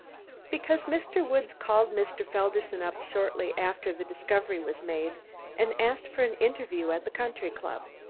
because mr. woods called mr. felderson up shortly after the discovery was made and asked for an interview at the country-club.